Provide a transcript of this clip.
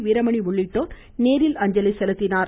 வீரமணி உள்ளிட்டோர் நேரில் அஞ்சலி செலுத்தினார்கள்